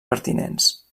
pertinents